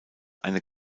eine